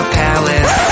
palace